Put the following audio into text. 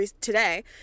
today